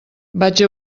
vaig